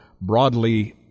broadly